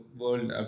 world